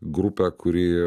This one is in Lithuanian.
grupę kuri